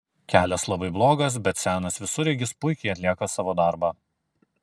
kelias labai blogas bet senas visureigis puikiai atlieka savo darbą